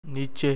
नीचे